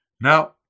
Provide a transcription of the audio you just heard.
Now